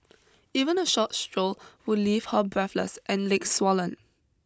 even a short stroll would leave her breathless and legs swollen